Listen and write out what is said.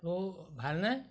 অ' ভালনে